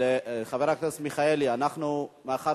חבר הכנסת מיכאלי, מאחר